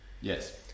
Yes